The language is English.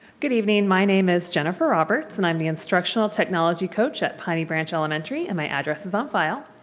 good evening, my name is jennifer roberts and i'm the instructional technology coach at piney branch elementary and my address is on file.